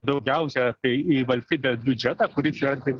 daugiausia tai į valstybės biudžetą kurį čia kaip